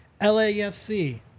LaFC